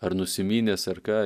ar nusiminęs ar ką